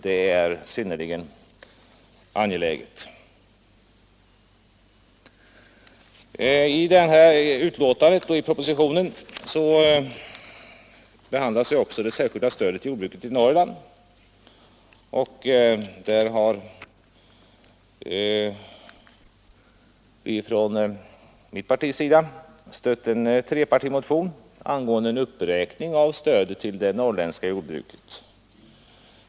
I detta betänkande behandlas också det särskilda stödet till jordbruket i Norrland. Vi har från mitt partis sida stött en trepartimotion angående en uppräkning av stödet till det norrländska jordbruket.